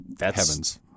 Heavens